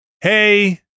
hey